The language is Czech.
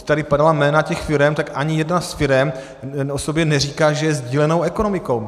Tady padala jména těch firem tak ani jedna z firem o sobě neříká, že je sdílenou ekonomikou.